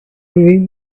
room